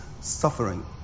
suffering